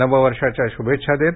नव वर्षाच्या शुभेच्छा देत